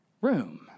room